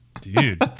Dude